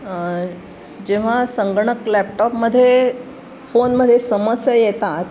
जेव्हा संगणक लॅपटॉपमध्ये फोनमध्ये समस्या येतात